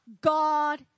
God